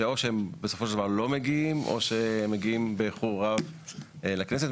שאו שהם בסופו של דבר לא מגיעים או מגיעים באיחור רב לכנסת.